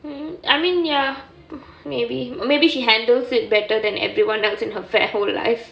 mmhmm I mean ya maybe maybe she handles it better than everyone else in her fa~ whole life